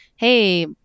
Hey